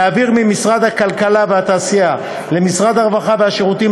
להעביר ממשרד הכלכלה והתעשייה למשרד הרווחה והשירותים